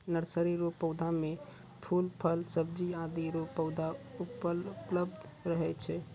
nursery रो पौधा मे फूल, फल, सब्जी आदि रो पौधा उपलब्ध रहै छै